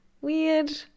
weird